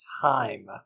time